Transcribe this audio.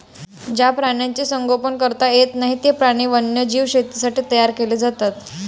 ज्या प्राण्यांचे संगोपन करता येत नाही, ते प्राणी वन्यजीव शेतीसाठी तयार केले जातात